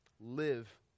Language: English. live